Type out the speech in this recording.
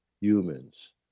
humans